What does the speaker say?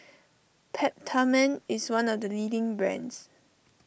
Peptamen is one of the leading brands